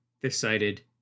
decided